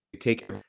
Take